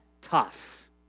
tough